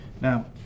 now